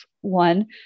one